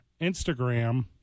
Instagram